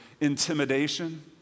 intimidation